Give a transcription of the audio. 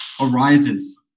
arises